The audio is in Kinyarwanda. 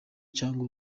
cyangwa